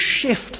shift